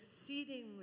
exceedingly